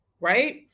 Right